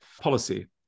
policy